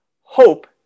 Hope